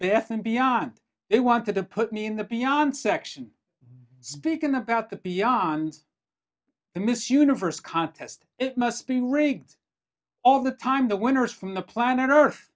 bath and beyond it wanted to put me in the beyond section speaking about the beyond the miss universe contest it must be rigged all the time the winners from the planet earth